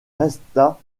resta